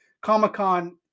Comic-Con